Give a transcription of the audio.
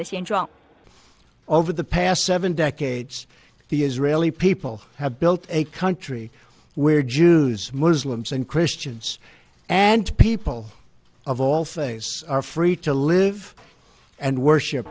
the over the past seven decades the israeli people have built a country where jews muslims and christians and people of all faiths are free to live and worship